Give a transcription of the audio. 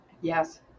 Yes